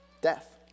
Death